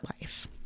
life